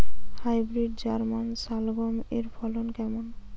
Hybrid German শালগম এর ফলন কেমন?